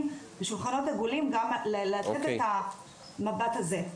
בשולחנות עגולים כדי לתת גם את המבט הזה.